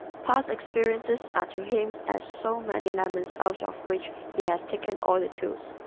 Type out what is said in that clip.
past experiences are to him as so many lemons out of which he has taken all the juice.